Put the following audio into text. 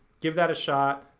give that a shot.